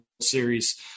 Series